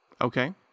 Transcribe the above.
Okay